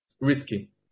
risky